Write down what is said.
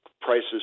prices